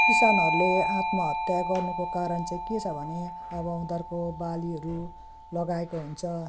किसानहरूले आत्महत्या गर्नुको कारण चाहिँ के छ भने अब उनीहरूको बालीहरू लगाएको हुन्छ